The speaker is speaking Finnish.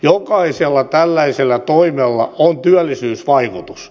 jokaisella tällaisella toimella on työllisyysvaikutus